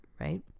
right